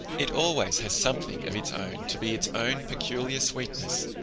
it always has something of its own to be its own peculiar sweetness.